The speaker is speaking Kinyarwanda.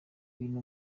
iyo